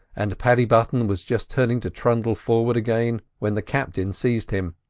and paddy button was just turning to trundle forward again when the captain seized him.